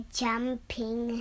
jumping